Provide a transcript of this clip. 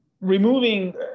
removing